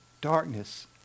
Darkness